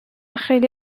خیلی